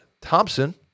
Thompson